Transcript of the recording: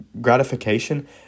gratification